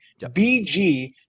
BG